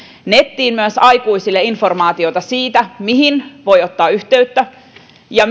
nettiin myös aikuisille informaatiota siitä mihin voi ottaa yhteyttä ja